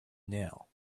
nail